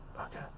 okay